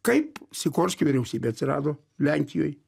kaip sikorskio vyriausybė atsirado lenkijoj